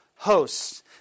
Hosts